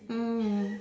mm